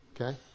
Okay